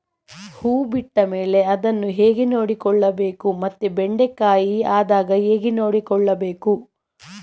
ಹೂ ಬಿಟ್ಟ ಮೇಲೆ ಅದನ್ನು ಹೇಗೆ ನೋಡಿಕೊಳ್ಳಬೇಕು ಮತ್ತೆ ಬೆಂಡೆ ಕಾಯಿ ಆದಾಗ ಹೇಗೆ ನೋಡಿಕೊಳ್ಳಬೇಕು?